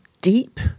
deep